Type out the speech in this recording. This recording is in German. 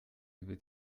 über